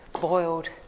boiled